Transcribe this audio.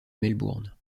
melbourne